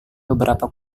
beberapa